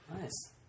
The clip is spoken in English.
Nice